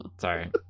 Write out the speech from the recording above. Sorry